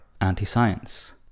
anti-science